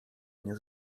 nie